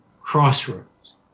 crossroads